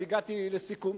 והגעתי לסיכום.